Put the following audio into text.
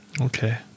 Okay